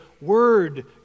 word